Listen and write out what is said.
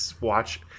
watch